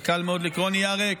זה קל מאוד לקרוא נייר ריק.